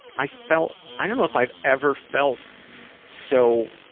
i felt, i don't know if i've ever felt so